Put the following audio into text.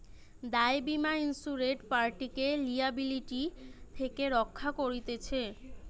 দায় বীমা ইন্সুরেড পার্টিকে লিয়াবিলিটি থেকে রক্ষা করতিছে